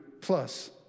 plus